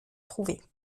trouver